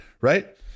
right